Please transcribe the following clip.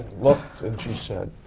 looked. and she said,